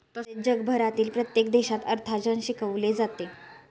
तसेच जगभरातील प्रत्येक देशात अर्थार्जन शिकवले जाते